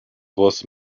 was